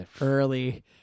early